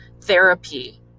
therapy